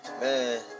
Man